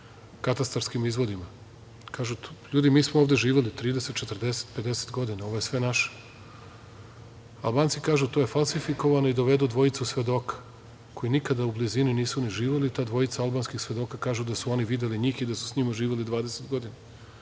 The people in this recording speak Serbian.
katastarskim izvodima, i kažu, ljudi, mi smo ovde živeli 30,40,50 godina, ovo je sve naše, a Albanci kažu – to je falsifikovano i dovedu dvojicu svedoka, koji nikada u blizini nisu ni živeli tada, i dvojica albanskih svedoka, kažu da su oni videli njih i da su sa njima živeli 20 godina,